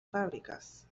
fábricas